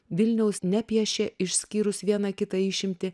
vilniaus nepiešė išskyrus vieną kitą išimtį